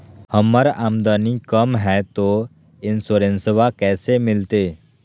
हमर आमदनी कम हय, तो इंसोरेंसबा कैसे मिलते?